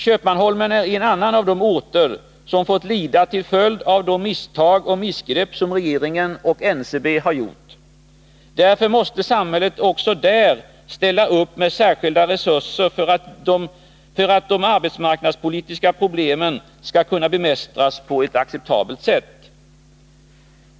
Köpmanholmen är en annan av de orter som får lida till följd av de misstag och missgrepp som regeringen och NCB har gjort. Därför måste samhället också där ställa upp med särskilda resurser för att de arbetsmarknadspolitiska problemen skall kunna bemästras på ett acceptabelt sätt.